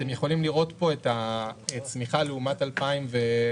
אתם יכולים לראות פה את הצמיחה לעומת הגרף